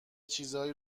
چیزایی